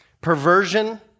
perversion